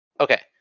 Okay